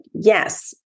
yes